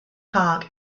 park